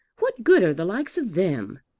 what good are the likes of them?